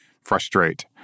frustrate